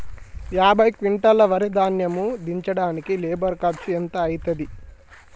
యాభై క్వింటాల్ వరి ధాన్యము దించడానికి లేబర్ ఖర్చు ఎంత అయితది?